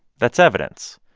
that's evidence.